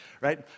Right